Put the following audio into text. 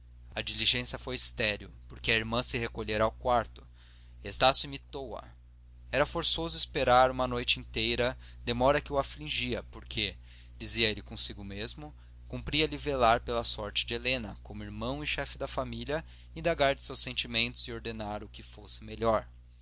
a diligência foi estéril porque a irmã se recolhera ao quarto estácio imitou a era forçoso esperar uma noite inteira demora que o afligia porque dizia ele consigo mesmo cumpria-lhe velar pela sorte de helena como irmão e chefe de família indagar de seus sentimentos e ordenar o que fosse melhor